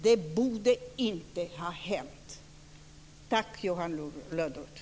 Det borde inte ha hänt. Tack, Johan Lönnroth.